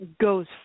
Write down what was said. goes